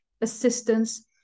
assistance